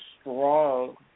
strong